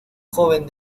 joven